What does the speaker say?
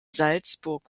salzburg